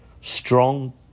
strong